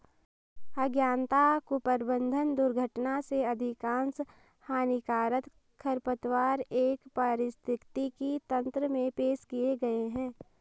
अज्ञानता, कुप्रबंधन, दुर्घटना से अधिकांश हानिकारक खरपतवार एक पारिस्थितिकी तंत्र में पेश किए गए हैं